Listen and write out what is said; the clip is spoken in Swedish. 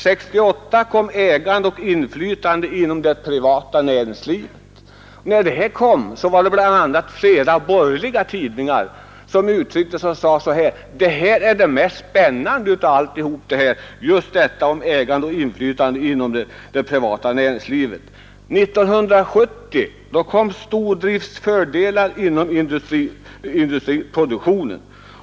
Samma år kom ett betänkande om ägande och inflytande inom det privata näringslivet. När detta betänkande kom var det bl.a. flera borgerliga tidningar som sade att det här är det mest spännande av alltihopa, just detta om ägande och inflytande inom det privata näringslivet. 1970 kom ett betänkande om stordriftens fördelar inom industriproduktionen.